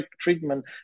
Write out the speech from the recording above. treatment